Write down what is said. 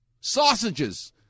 sausages